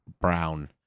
brown